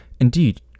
indeed